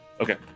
Okay